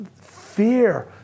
Fear